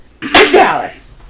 Dallas